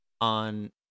on